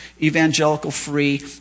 Evangelical-free